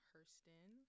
Hurston